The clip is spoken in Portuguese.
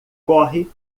corre